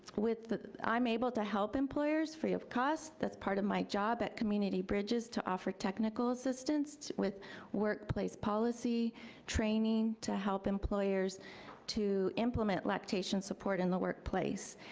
with i'm able to help employers free of cost. that's part of my job at community bridges, to offer technical assistance with workplace policy training to help employers to implement lactation support in the workplace.